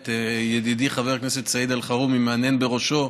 ידידי חבר הכנסת סעיד אלחרומי מהנהן בראשו.